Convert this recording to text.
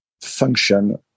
function